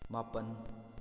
ꯃꯥꯄꯜ